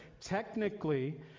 technically